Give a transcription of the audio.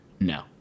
No